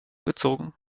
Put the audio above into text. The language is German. gezogen